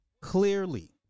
Clearly